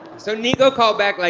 so nico called back, like,